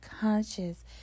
conscious